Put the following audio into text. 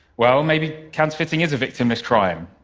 well, maybe counterfeiting is a victimless crime?